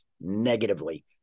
negatively